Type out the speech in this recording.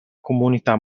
comunità